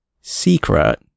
secret